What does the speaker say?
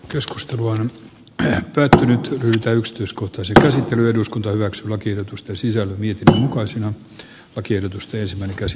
keskustelu on teen työtä yhtä yksityiskohtaisia käsittely eduskunta hyväksyy lakiehdotusta sisälly viikko karsinut lakiehdotus ties minkä jatkossa